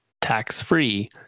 tax-free